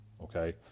okay